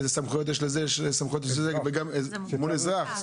איזה סמכויות יש לזה ואיזה לזה מול האזרח?